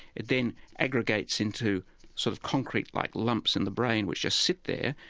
it then aggregates into sort of concrete-like lumps in the brain which just sit there,